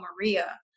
Maria